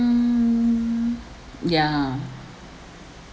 yeah